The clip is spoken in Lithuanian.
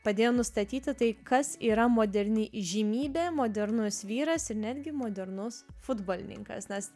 padėjo nustatyti tai kas yra moderni įžymybė modernus vyras ir netgi modernus futbolininkas nes